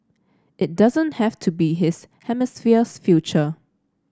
it doesn't have to be his hemisphere's future